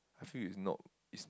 I feel is not is